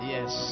Yes